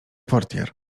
portier